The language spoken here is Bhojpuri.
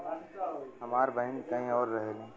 हमार बहिन कहीं और रहेली